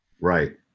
Right